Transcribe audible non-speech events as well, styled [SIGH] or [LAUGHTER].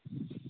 [UNINTELLIGIBLE]